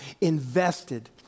Invested